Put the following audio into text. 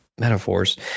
Metaphors